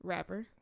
Rapper